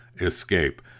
escape